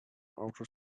outer